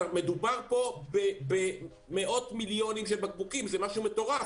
מדובר על מאות מיליונים של בקבוקים זה משהו מטורף.